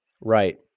Right